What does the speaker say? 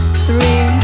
three